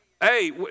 Hey